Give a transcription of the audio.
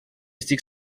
estic